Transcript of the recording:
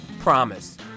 promise